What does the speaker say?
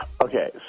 Okay